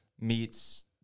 meets